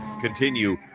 continue